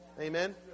Amen